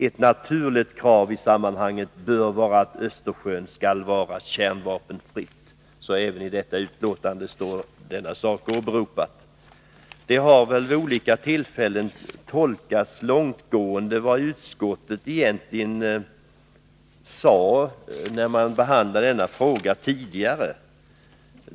Ett naturligt krav i sammanhanget bör vara att Östersjön skall vara kärnvapenfritt.” Man har väl vid olika tillfällen gjort långtgående tolkningar av vad utskottet egentligen sade när det behandlade denna fråga tidigare.